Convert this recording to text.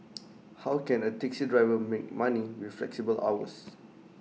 how can A taxi driver make money with flexible hours